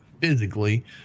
physically